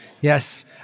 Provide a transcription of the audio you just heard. Yes